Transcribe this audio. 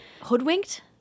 hoodwinked